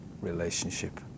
relationship